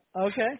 Okay